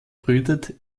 brütet